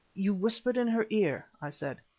you whispered in her ear? i said.